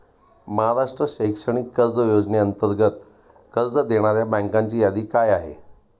महाराष्ट्र शैक्षणिक कर्ज योजनेअंतर्गत कर्ज देणाऱ्या बँकांची यादी काय आहे?